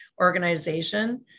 organization